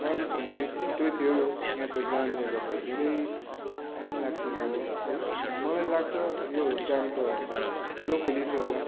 जानुपर्ने अलिक छिटै थियो यहाँ त जामले गर्दा धेरै टाइम लाग्ने भयो है अब मलाई लाग्छ यो जाम त ढिलो खोलिन्छ होला